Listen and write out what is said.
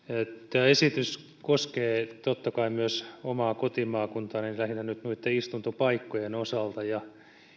tämä esitys koskee totta kai myös omaa kotimaakuntaani lähinnä nyt istuntopaikkojen osalta ja tietysti